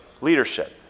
leadership